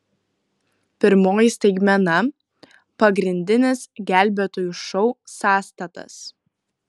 pirmoji staigmena pagrindinis gelbėtojų šou sąstatas